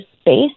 space